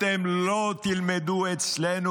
אתן לא תלמדו אצלנו,